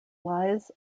lies